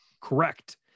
Correct